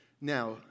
Now